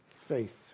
faith